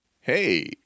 hey